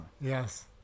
Yes